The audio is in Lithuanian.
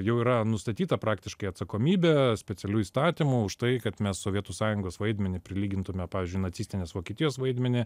jau yra nustatyta praktiškai atsakomybė specialiu įstatymu už tai kad mes sovietų sąjungos vaidmenį prilygintume pavyzdžiui nacistinės vokietijos vaidmenį